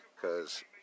Cause